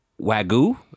wagyu